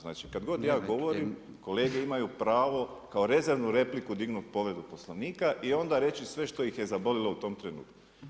Znači kad god ja odgovorim kolege imaju pravo kao rezervnu repliku dignuti povredu Poslovnika i onda reći sve što ih je zabolilo u tom trenutku.